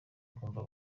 kumva